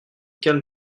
calme